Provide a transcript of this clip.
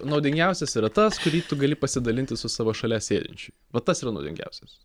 naudingiausias yra tas kurį tu gali pasidalinti su savo šalia sėdinčiu vat tas yra naudingiausias